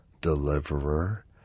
deliverer